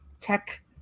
tech